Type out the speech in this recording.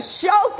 show